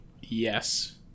Yes